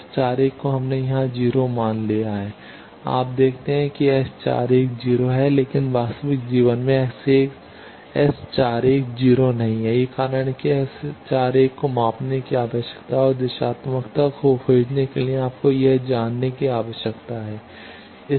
S41 को हमने यहां 0 मान लिया है आप देखते हैं S41 0 है लेकिन वास्तविक जीवन में S410 नहीं है यही कारण है कि S41 को मापने की आवश्यकता है और दिशात्मकता खोजने के लिए आपको यह जानने की आवश्यकता है